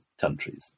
countries